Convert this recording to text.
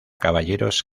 caballeros